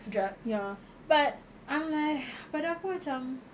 drugs but I'm like pada aku macam